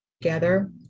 together